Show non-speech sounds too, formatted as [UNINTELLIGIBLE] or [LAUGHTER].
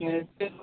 [UNINTELLIGIBLE]